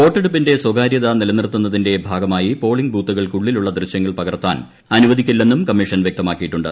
വോട്ടെടൂപ്പിന്റെ സ്ഥകാരൃത നിലന്നീർത്തുന്നതിന്റെ ഭാഗമായി പോളിങ് ബൂത്തുകൾക്കുള്ളിലുള്ള ദൃശ്യൂങ്ങൾ പകർത്താൻ അനുവദിക്കില്ലെന്നും കമ്മീഷൻ വൃക്തമാക്കിയിട്ടുണ്ട്